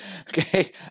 Okay